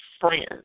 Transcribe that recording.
friends